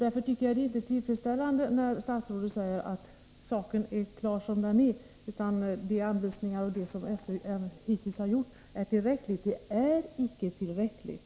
Därför är det inte tillfredsställande när statsrådet säger att saken är klar som den är och att de anvisningar som har givits och att det som SÖ hittills har gjort är tillräckligt. Det är icke tillräckligt.